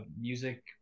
music